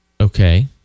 okay